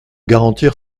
garantir